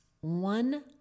One